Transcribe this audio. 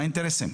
מה האינטרסים?